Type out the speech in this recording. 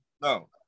No